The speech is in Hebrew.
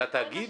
לתאגיד